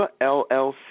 LLC